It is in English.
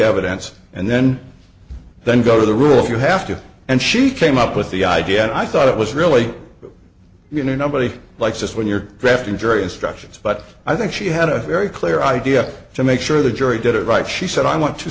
evidence and then then go to the rules you have to and she came up with the idea and i thought it was really you know nobody likes this when you're grafting jury instructions but i think she had a very clear idea to make sure the jury did it right she said i want to